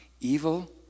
Evil